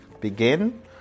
begin